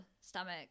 stomach